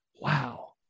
Wow